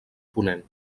ponent